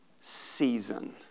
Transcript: season